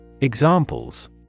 Examples